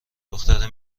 دختره